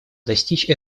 достичь